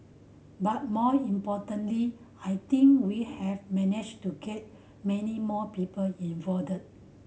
but more importantly I think we have managed to get many more people involved